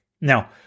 Now